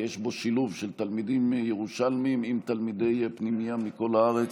כי יש בו שילוב של תלמידים ירושלמים עם תלמידי פנימייה מכל הארץ.